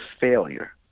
failure